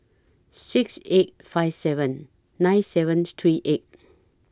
six eight five seven nine seven three eight